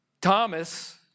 Thomas